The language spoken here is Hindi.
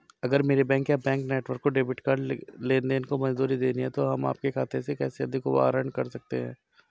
अगर मेरे बैंक या बैंक नेटवर्क को डेबिट कार्ड लेनदेन को मंजूरी देनी है तो हम आपके खाते से कैसे अधिक आहरण कर सकते हैं?